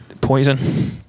poison